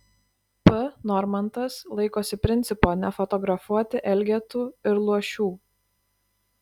p normantas laikosi principo nefotografuoti elgetų ir luošių